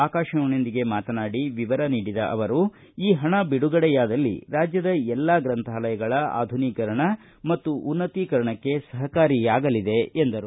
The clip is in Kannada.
ಆಕಾಶವಾಣಿಯೊಂದಿಗೆ ಮಾತನಾಡಿ ಈ ಕುರಿತು ವಿವರ ನೀಡಿದ ಅವರು ಈ ಹಣ ಬಿಡುಗಡೆಯಾದಲ್ಲಿ ರಾಜ್ಟದ ಎಲ್ಲಾ ಗ್ರಂಥಾಲಯಗಳ ಆಧುನೀಕರಣ ಮತ್ತು ಉನ್ನತೀಕರಣಕ್ಕೆ ಸಹಕಾರಿಯಾಗಲಿದೆ ಎಂದರು